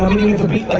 need to be